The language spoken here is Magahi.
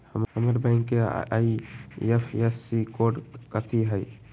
हमर बैंक के आई.एफ.एस.सी कोड कथि हई?